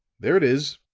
there it is,